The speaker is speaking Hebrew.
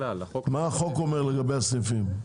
מה אומר החוק לגבי הסניפים?